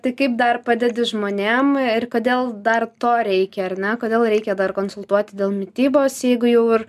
tai kaip dar padedi žmonėm ir kodėl dar to reikia ar ne kodėl reikia dar konsultuoti dėl mitybos jeigu jau ir